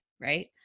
right